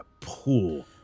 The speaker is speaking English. pool